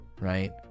right